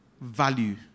Value